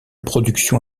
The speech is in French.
production